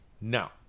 Now